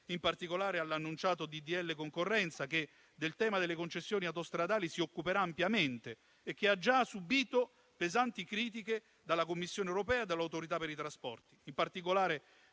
in particolare, all'annunciato disegno di legge sulla concorrenza, che del tema delle concessioni autostradali si occuperà ampiamente e che ha già subìto pesanti critiche dalla Commissione europea e dall'Autorità per i trasporti,